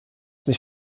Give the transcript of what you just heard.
sich